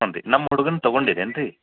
ಹ್ಞೂ ರೀ ನಮ್ಮ ಹುಡ್ಗನ್ನ ತೊಗೊಂಡಿರೇನ್ರಿ